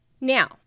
Now